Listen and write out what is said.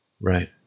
Right